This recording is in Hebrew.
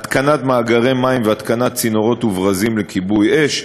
התקנת מאגרי מים והתקנת צינורות וברזים לכיבוי אש.